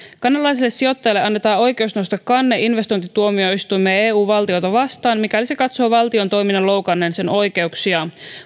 kanadalaiselle sijoittajalle annetaan oikeus nostaa kanne investointituomioistuimeen eu valtiota vastaan mikäli se katsoo valtion toiminnan loukanneen sen oikeuksia